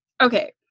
okay